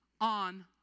on